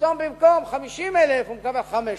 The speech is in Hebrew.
פתאום במקום 50,000 הוא מקבל 500,000,